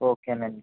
okay అండి